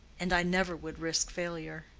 and i never would risk failure.